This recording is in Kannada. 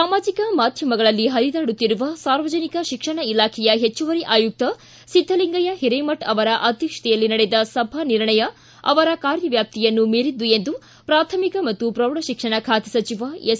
ಸಾಮಾಜಿಕ ಮಾಧ್ಯಮಗಳಲ್ಲಿ ಹರಿದಾಡುತ್ತಿರುವ ಸಾರ್ವಜನಿಕ ಶಿಕ್ಷಣ ಇಲಾಖೆಯ ಹೆಚ್ಚವರಿ ಆಯುಕ್ತ ಸಿದ್ದಲಿಂಗಯ್ಯ ಹಿರೇಮಠ್ ತಮ್ಮ ಅಧ್ಯಕ್ಷತೆಯಲ್ಲಿ ನಡೆಸಿದ ಸಭಾ ನಿರ್ಣಯ ಅವರ ಕಾರ್ಯವ್ಯಾಪ್ತಿಯನ್ನು ಮೀರಿದ್ದು ಎಂದು ಪ್ರಾಥಮಿಕ ಮತ್ತು ಪ್ರೌಢ ಶಿಕ್ಷಣ ಖಾತೆ ಸಚಿವ ಎಸ್